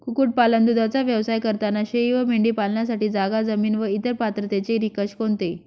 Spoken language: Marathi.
कुक्कुटपालन, दूधाचा व्यवसाय करताना शेळी व मेंढी पालनासाठी जागा, जमीन व इतर पात्रतेचे निकष कोणते?